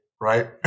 Right